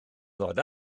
ddod